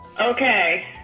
okay